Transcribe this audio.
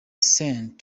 sent